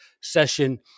session